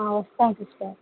ఆ ఇస్తాను సిస్టర్